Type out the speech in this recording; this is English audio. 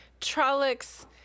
Trollocs